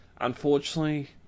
Unfortunately